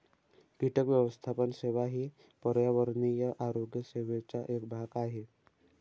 कीटक व्यवस्थापन सेवा ही पर्यावरणीय आरोग्य सेवेचा एक भाग आहे